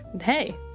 Hey